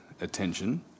attention